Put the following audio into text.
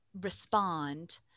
respond